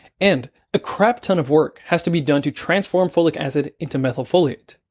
and a crap ton of work has to be done to transform folic acid into methylfolate.